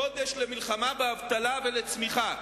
קודש למלחמה באבטלה ולצמיחה.